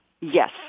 Yes